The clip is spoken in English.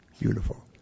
Beautiful